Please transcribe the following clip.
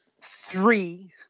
three